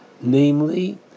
namely